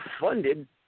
funded